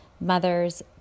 mothers